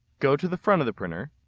go to the front of the printer.